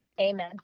Amen